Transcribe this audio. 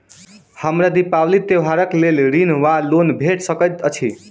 हमरा दिपावली त्योहारक लेल ऋण वा लोन भेट सकैत अछि?